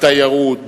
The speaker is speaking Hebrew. בתיירות,